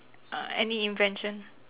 uh any invention